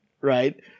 right